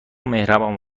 مهربان